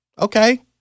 okay